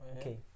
Okay